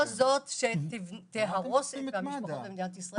זה לא מה שיהרוס את המשפחות במדינת ישראל.